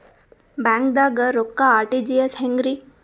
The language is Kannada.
ಬ್ಯಾಂಕ್ದಾಗ ರೊಕ್ಕ ಆರ್.ಟಿ.ಜಿ.ಎಸ್ ಹೆಂಗ್ರಿ?